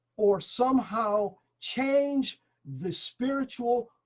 or somehow change the spiritual,